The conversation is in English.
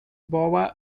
boer